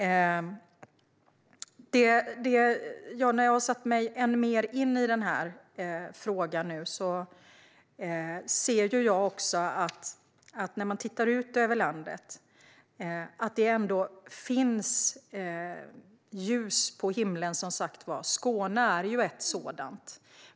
När jag nu har satt mig ännu mer in i frågan ser jag också att det finns ljus på himlen när man tittar ut över landet. Skåne är ett sådant ljus.